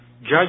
judge